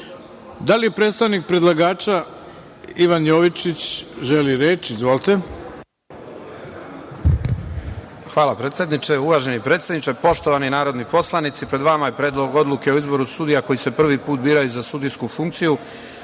li predstavnik predlagača, Ivan Jovičić, želi reč? Izvolite. **Ivan Jovičić** Hvala predsedniče. Uvaženi predsedniče, poštovani narodni poslanici, pred vama je Predlog odluke o izboru sudija koji se prvi put biraju na sudijsku funkciju